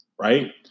Right